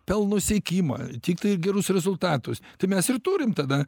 pelno siekimą tiktai gerus rezultatus tai mes ir turim tada